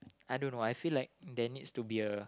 I don't know I feel like there needs to be a